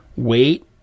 wait